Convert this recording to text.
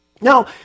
Now